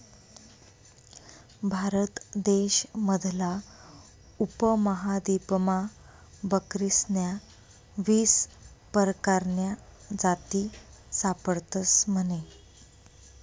भारत देश मधला उपमहादीपमा बकरीस्न्या वीस परकारन्या जाती सापडतस म्हने